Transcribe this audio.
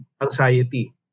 anxiety